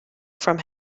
from